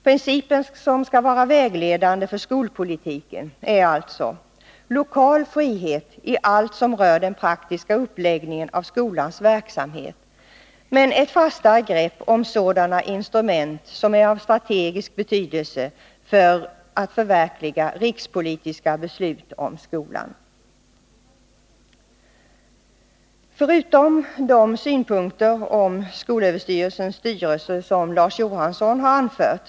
Principen som skall vara vägledande för skolpolitiken är alltså: lokal frihet i allt som rör den praktiska uppläggningen av skolans verksamhet, men ett fastare grepp om sådana instrument som är av strategisk betydelse för att förverkliga rikspolitiska beslut om skolan. Jag instämmer i de synpunkter om skolöverstyrelsens styrelse som Larz Johansson har anfört.